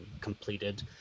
completed